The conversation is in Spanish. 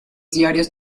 diarios